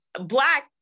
black